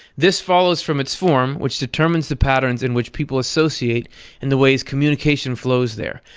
this follows from its form, which determines the patterns in which people associate and the ways communication flows there.